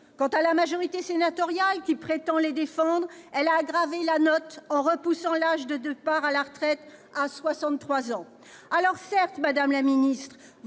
Quant à la majorité sénatoriale, qui prétend les défendre, elle a aggravé la note en repoussant l'âge de départ à la retraite à 63 ans ! Alors certes, madame la ministre,